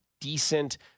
decent